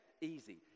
easy